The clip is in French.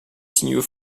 signes